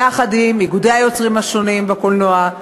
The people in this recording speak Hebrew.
יחד עם איגודי היוצרים השונים בקולנוע,